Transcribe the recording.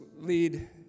lead